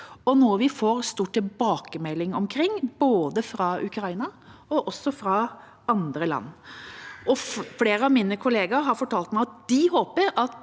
noe vi får mange tilbakemeldinger om, både fra Ukraina og fra andre land. Flere av mine kollegaer har fortalt meg at de håper